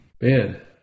Man